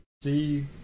see